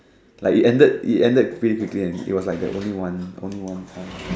like it ended it ended it was like the only one only one time